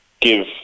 give